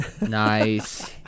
Nice